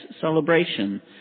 celebration